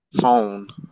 phone